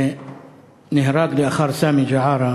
שנהרג לאחר סאמי אל-ג'עאר,